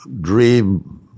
dream